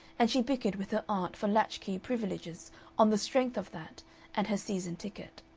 and she bickered with her aunt for latch-key privileges on the strength of that and her season ticket.